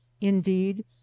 Indeed